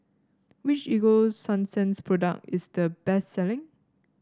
which Ego Sunsense product is the best selling